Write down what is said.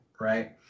Right